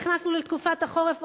נכנסנו לתקופת החורף,